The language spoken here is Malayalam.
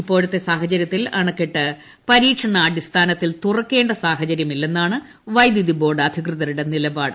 ഇപ്പോഴത്തെ സാഹചര്യത്തിൽ അണക്കെട്ട് പരീക്ഷണാടിസ്ഥാനത്തിൽ തുറക്കേണ്ട സാഹചര്യമില്ലെന്നാണ് വൈദ്യുതിബോർഡ് അധികൃതരുടെ നിലപാട്